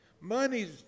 money's